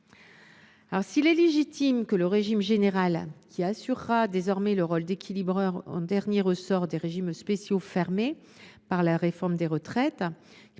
S’il est légitime que le régime général, qui assurera désormais le rôle d’équilibreur en dernier ressort des régimes spéciaux fermés par la réforme des retraites,